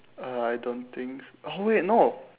uh I don't think s~ oh wait no